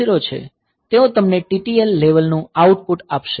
0 છે તેઓ તમને TTL લેવલ નું આઉટપુટ આપશે